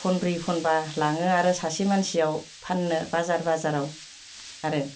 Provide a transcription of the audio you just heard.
फनब्रै फनबा लाङो आरो सासे मानसियाव फाननो बाजार बाजाराव आरो